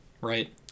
Right